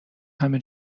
همه